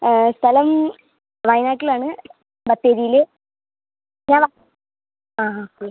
സ്ഥലം വയനാട്ടിലാണ് ബത്തേരിയിൽ ആ ആ ആ